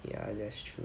ya that's true